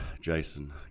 Jason